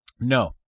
No